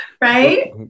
right